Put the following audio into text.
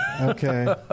Okay